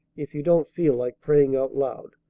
if you don't feel like praying out loud.